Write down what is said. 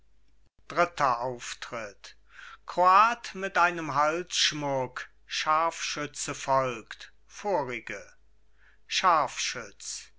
dritter auftritt kroat mit einem halsschmuck scharfschütze folgt vorige scharfschütz